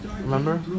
Remember